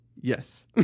Yes